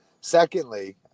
secondly